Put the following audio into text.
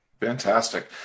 Fantastic